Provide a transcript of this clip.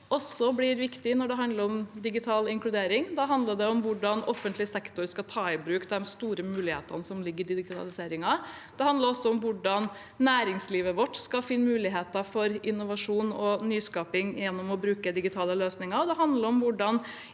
også blir viktig når det handler om digital inkludering. Da handler det om hvordan offentlig sektor skal ta i bruk de store mulighetene som ligger i digitaliseringen. Det handler også om hvordan næringslivet vårt skal finne muligheter for innovasjon og nyskaping gjennom å bruke digitale løsninger.